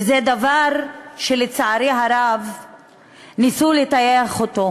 זה דבר שלצערי הרב ניסו לטייח אותו,